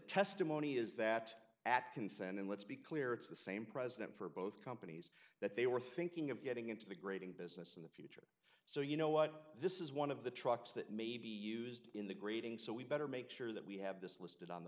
testimony is that at consent and let's be clear it's the same president for both companies that they were thinking of getting into the grading business so you know what this is one of the trucks that may be used in the grading so we better make sure that we have this listed on the